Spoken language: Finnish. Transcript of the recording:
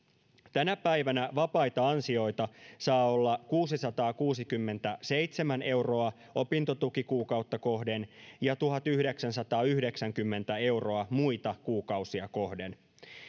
tänä päivänä vapaita ansioita saa olla kuusisataakuusikymmentäseitsemän euroa opintotukikuukautta kohden ja tuhatyhdeksänsataayhdeksänkymmentä euroa muita kuukausia kohden